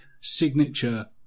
signature